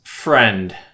friend